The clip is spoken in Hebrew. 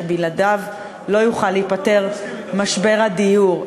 ושבלעדיו לא יוכל להיפתר משבר הדיור.